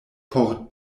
por